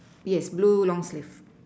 yes blue long sleeve